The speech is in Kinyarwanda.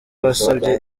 wasabye